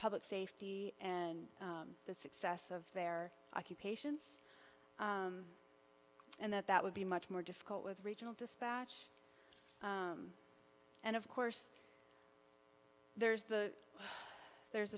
public safety and the success of their occupations and that that would be much more difficult with regional dispatch and of course there's the there's